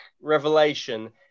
revelation